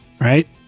right